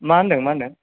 मा होन्दों मा होन्दों